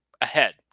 ahead